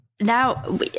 Now